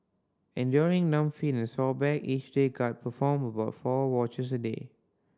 enduring numb feet and sore back each guard performed about four watches a day